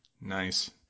Nice